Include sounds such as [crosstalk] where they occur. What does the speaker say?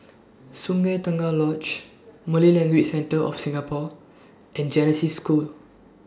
Sungei Tengah Lodge Malay Language Centre of Singapore and Genesis School [noise]